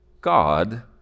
God